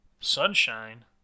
Sunshine